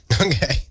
Okay